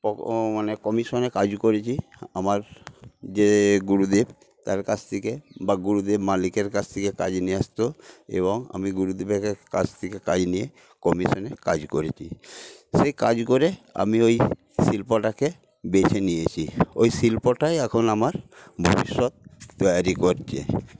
মানে কমিশনে কাজ করেছি আমার যে গুরুদেব তার কাছ থেকে বা গুরুদেব মালিকের কাছ থেকে কাজ নিয়ে আসত এবং আমি গুরুদেব এর কাছ থেকে কাজ নিয়ে কমিশনে কাজ করেছি সেই কাজ করে আমি ওই শিল্পটাকে বেছে নিয়েছি ওই শিল্পটাই এখন আমার ভবিষ্যত তৈয়ারী করছে